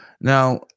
Now